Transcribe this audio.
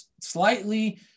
slightly